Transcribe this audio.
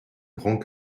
grands